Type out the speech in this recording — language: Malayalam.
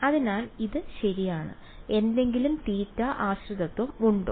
അതിനാൽ ഇത് ശരിയാണ് എന്തെങ്കിലും θ ആശ്രിതത്വം ഉണ്ടോ